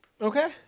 Okay